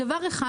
דבר אחד,